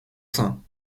saints